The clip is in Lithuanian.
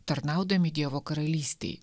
tarnaudami dievo karalystei